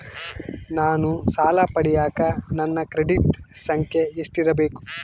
ನಾನು ಸಾಲ ಪಡಿಯಕ ನನ್ನ ಕ್ರೆಡಿಟ್ ಸಂಖ್ಯೆ ಎಷ್ಟಿರಬೇಕು?